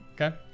okay